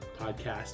podcast